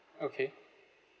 okay